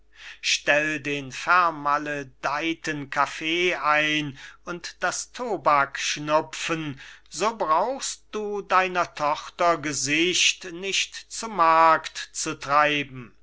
stell den vermaledeiten kaffee ein und das tobackschnupfen so brauchst du deiner tochter gesicht nicht zu markt zu treiben